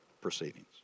proceedings